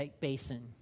basin